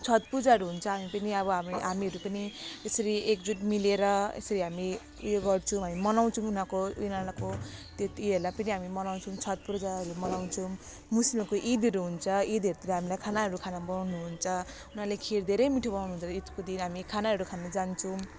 छठ पूजाहरू हुन्छ हामी पनि अब हामीहरू पनि यसरी एकजुट मिलेर यसरी हामी उयो गर्छौँ होइन मनाउछौँ अब उनीहरूको यिनीहरूको त्योहरूलाई पनि हामी मनाउछौँ छठ पूजाहरू मनाउछौँ मुस्लिमको इदहरू हुन्छ इदहरूतिर हामीलाई खानाहरू खानु बोलाउनु हुन्छ उनीहरूले खिर धेरै मिठो बनाउनु हुन्छ इदको दिन हामी खानाहरू खान जान्छौँ